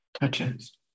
touches